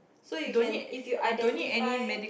so you can if you identify